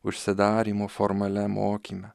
užsidarymo formaliam mokyme